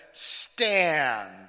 Stand